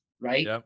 right